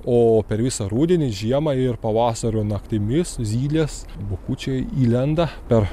o per visą rudenį žiemą ir pavasario naktimis zylės bukučiai įlenda per